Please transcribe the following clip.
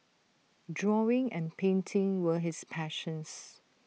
drawing and painting were his passions